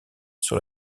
sur